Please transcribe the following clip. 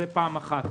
שנית,